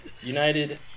United